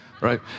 right